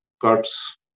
cuts